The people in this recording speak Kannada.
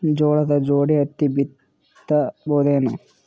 ಜೋಳದ ಜೋಡಿ ಹತ್ತಿ ಬಿತ್ತ ಬಹುದೇನು?